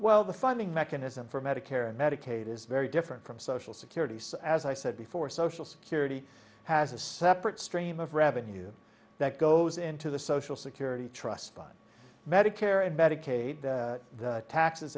well the funding mechanism for medicare and medicaid is very different from social security so as i said before social security has a separate stream of revenue that goes into the social security trust fund medicare and medicaid the t